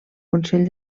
consell